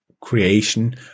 creation